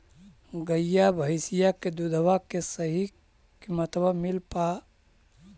गईया भैसिया के दूधबा के सही किमतबा मिल पा?